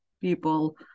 people